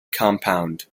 compound